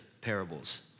parables